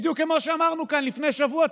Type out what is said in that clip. בדיוק כמו שאמרנו כאן לפני שבוע.